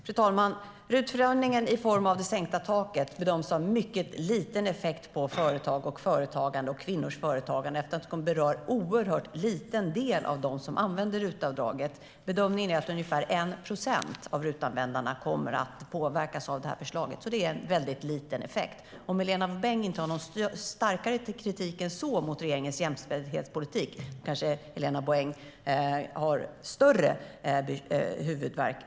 Fru talman! RUT-förändringen i form av det sänkta taket bedöms ha mycket liten effekt på företag, företagande och kvinnors företagande. Den berör en oerhört liten del av dem som använder sig av RUT-avdraget. Bedömningen är att ungefär 1 procent av RUT-användarna kommer att påverkas av det här förslaget, så det är en väldigt liten effekt. Om Helena Bouveng inte har någon starkare kritik än så mot regeringens jämställdhetspolitik kanske det finns annat som ger Helena Bouveng större huvudvärk.